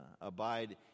abide